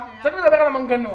צריך לדבר על המנגנון.